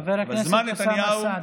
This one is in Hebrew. חבר הכנסת אוסאמה סעדי.